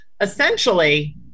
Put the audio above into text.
Essentially